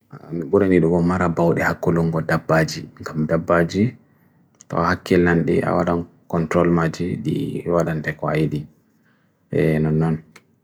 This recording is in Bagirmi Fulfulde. Burani dugong marabao de hako lungo da bagi, kom da bagi, to hakil nandi awadong kontrol magi di awadong te kwaidi. E non non.